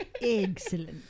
Excellent